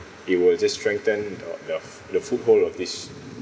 it will just strengthened uh the the foothold of this